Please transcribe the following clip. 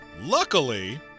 Luckily